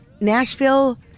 Nashville